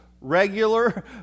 regular